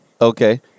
okay